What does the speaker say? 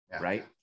right